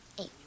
Eight